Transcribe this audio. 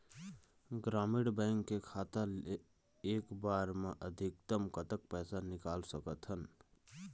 ग्रामीण बैंक के खाता ले एक बार मा अधिकतम कतक पैसा निकाल सकथन?